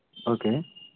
okay